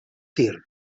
tir